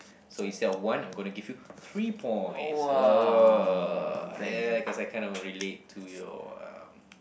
so instead of one I'm gonna give you three points !whoa! yeah cause I kinda relate to your um